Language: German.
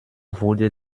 wurde